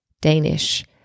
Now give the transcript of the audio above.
Danish